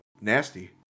nasty